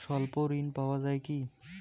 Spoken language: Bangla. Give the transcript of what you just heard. স্বল্প ঋণ পাওয়া য়ায় কি?